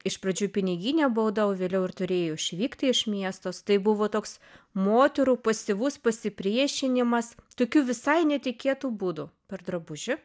iš pradžių piniginė bauda o vėliau ir turėjo išvykti iš miesto tai buvo toks moterų pasyvus pasipriešinimas tokiu visai netikėtu būdu per drabužį